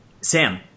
Sam